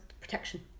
protection